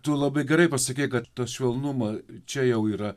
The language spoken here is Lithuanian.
tu labai gerai pasakei kad tą švelnumą čia jau yra